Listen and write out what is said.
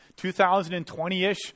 2020-ish